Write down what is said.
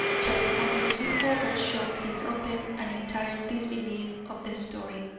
yet only sweetwater showed his open and entire disbelief of the story,